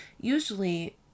usually